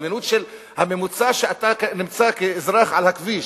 הזמן הממוצע שאתה נמצא כאזרח על הכביש.